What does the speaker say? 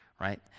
right